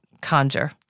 conjure